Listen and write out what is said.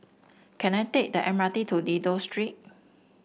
can I take the M R T to Dido Street